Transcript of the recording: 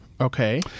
Okay